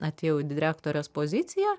atėjau į direktorės poziciją